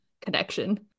connection